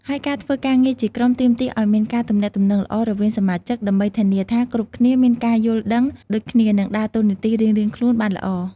ហើយការធ្វើការងារជាក្រុមទាមទារឱ្យមានការទំនាក់ទំនងល្អ រវាងសមាជិក ដើម្បីធានាថាគ្រប់គ្នាមានការយល់ដឹងដូចគ្នា និងដើរតួនាទីរៀងៗខ្លួនបានល្អ។